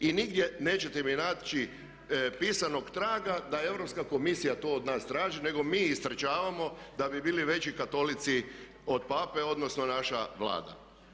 I nigdje nećete mi naći pisanog traga da Europska komisija to od nas traži nego mi istrčavamo da bi bili veći katolici od Pape, odnosno naša Vlada.